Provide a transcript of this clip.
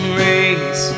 rays